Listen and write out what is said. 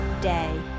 day